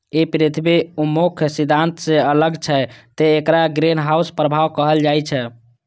ई पृथ्वी उन्मुख सिद्धांत सं अलग छै, तें एकरा ग्रीनहाउस प्रभाव कहल जाइ छै